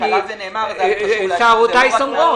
שערותיי סומרות.